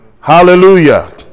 Hallelujah